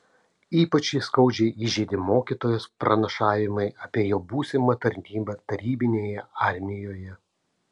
ypač jį skaudžiai įžeidė mokytojos pranašavimai apie jo būsimą tarnybą tarybinėje armijoje